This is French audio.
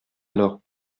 alors